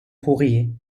fourrier